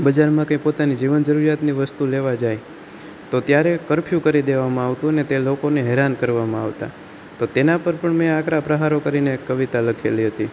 બજારમાં કંઈ પોતાની જીવન જરૂરિયાતની વસ્તુ લેવા જાય તો ત્યારે કર્ફ્યુ કરી દેવામાં આવતું અને તે લોકોને હેરાન કરવામાં આવતા તો તેના પર પણ મેં આકરા પ્રહારો કરીને એક કવિતા લખેલી હતી